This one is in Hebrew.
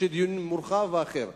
או שיהיה דיון מורחב אחר?